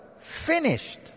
Finished